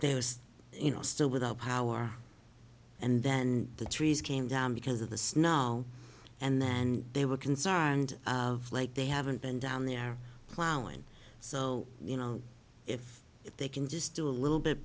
was you know still without power and then the trees came down because of the snow and then they were concerned of like they haven't been down there plowing so you know if they can just do a little bit